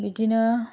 बिदिनो